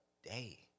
Day